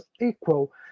equal